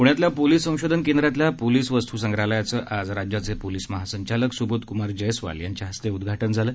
पुण्यातल्या पोलीस संशोधन केंद्रातल्या पोलिस वस्तू संग्रहालयाचं आज राज्याचे पोलीस महासंचालक सुबोध कुमार जयस्वाल यांच्या हस्ते उद्घाटन झालं